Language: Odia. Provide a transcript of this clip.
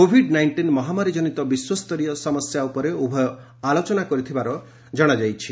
କୋଭିଡ୍ ନାଇଷ୍ଟିନ୍ ମହାମାରିଜନିତ ବିଶ୍ୱସ୍ତରୀୟ ସମସ୍ୟା ଉପରେ ଉଭୟ ଆଲୋଚନା କରିଥିବା କଣାଯାଇଛି